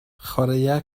chwaraea